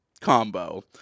combo